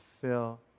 fill